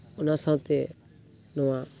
ᱚᱱᱟ ᱥᱟᱶᱛᱮ ᱱᱚᱣᱟ